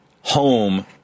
home